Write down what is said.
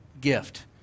gift